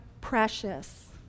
precious